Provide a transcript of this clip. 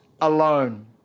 alone